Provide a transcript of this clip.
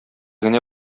генә